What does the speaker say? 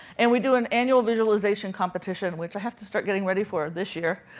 and we do an annual visualization competition, which i have to start getting ready for this year.